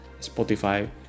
Spotify